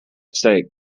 stake